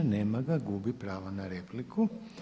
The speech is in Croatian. Nema ga, gubi pravo na repliku.